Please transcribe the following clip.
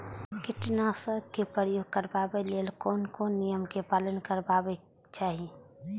कीटनाशक क प्रयोग करबाक लेल कोन कोन नियम के पालन करबाक चाही?